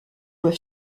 doit